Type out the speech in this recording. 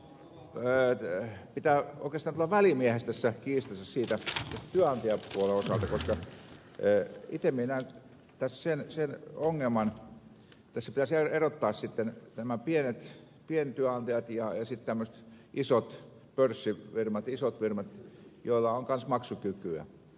tässä pitää oikeastaan tulla välimieheksi tässä kiistassa sen työnantajapuolen osalta koska itse minä näen tässä sen ongelman että tässä pitäisi erottaa nämä pientyönantajat ja sitten tämmöiset isot pörssifirmat isot firmat joilla on kanssa maksukykyä